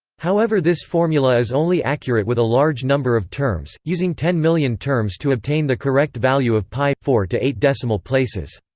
however this formula is only accurate with a large number of terms, using ten million terms to obtain the correct value of p four to eight decimal places.